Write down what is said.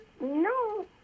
no